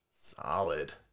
Solid